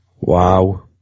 Wow